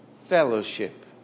fellowship